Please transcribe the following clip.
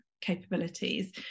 capabilities